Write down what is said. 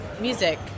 music